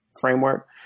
framework